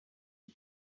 die